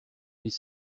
les